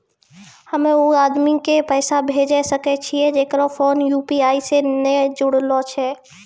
हम्मय उ आदमी के पैसा भेजै सकय छियै जेकरो फोन यु.पी.आई से नैय जूरलो छै?